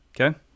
Okay